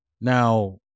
Now